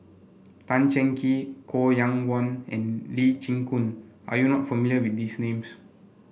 Tan Cheng Kee Koh Yong Guan and Lee Chin Koon are you not familiar with these names